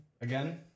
Again